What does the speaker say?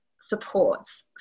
supports